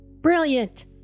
Brilliant